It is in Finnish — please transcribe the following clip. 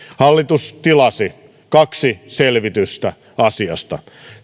hallitus tilasi kaksi selvitystä asiasta